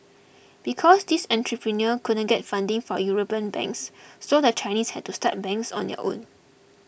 because these entrepreneurs couldn't get funding from European banks so the Chinese had to start banks on their own